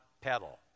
pedal